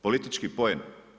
Politički poen.